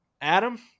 Adam